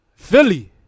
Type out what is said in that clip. Philly